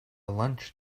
lunch